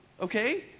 Okay